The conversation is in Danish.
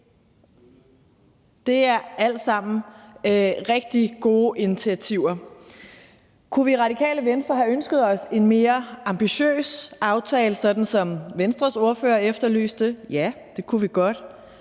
Det er alt sammen rigtig gode initiativer. Kunne vi i Radikale Venstre have ønsket os en mere ambitiøs aftale, sådan som Venstres ordfører efterlyste? Ja, det kunne vi godt.